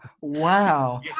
Wow